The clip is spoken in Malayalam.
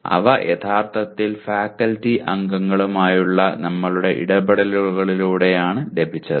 അവ യഥാർത്ഥത്തിൽ ഫാക്കൽറ്റി അംഗങ്ങളുമായുള്ള ഞങ്ങളുടെ ഇടപെടലുകളിലൂടെയാണ് ലഭിച്ചത്